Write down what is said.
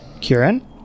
Kieran